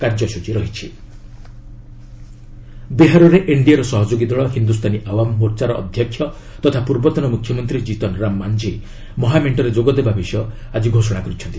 Manjhi NDA ବିହାରରେ ଏନ୍ଡିଏର ସହଯୋଗୀ ଦଳ ହିନ୍ଦୁସ୍ଥାନୀ ଆୱାମ ମୋର୍ଚ୍ଚାର ଅଧ୍ୟକ୍ଷ ତଥା ପୂର୍ବତନ ମୁଖ୍ୟମନ୍ତ୍ରୀ ଜିତନ ରାମ ମାନ୍ଝୀ ମହାମେଣ୍ଟରେ ଯୋଗ ଦେବା ବିଷୟ ଆଜି ଘୋଷଣା କରିଛନ୍ତି